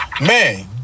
Man